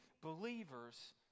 believers